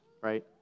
right